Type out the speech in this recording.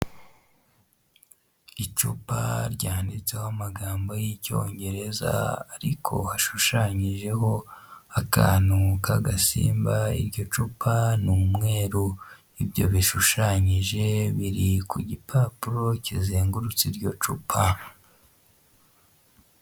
Icupa ryanditseho amagambo y'icyongereza ariko hashushanyijeho akantu k'agasimba, iryo cupa ni umweru ibyo bishushanyije biri ku gipapuro kizengurutse iryo cupa.